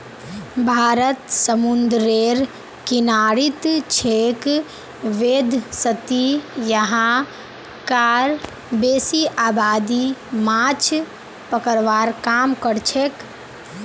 भारत समूंदरेर किनारित छेक वैदसती यहां कार बेसी आबादी माछ पकड़वार काम करछेक